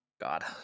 god